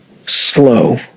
slow